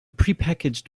prepackaged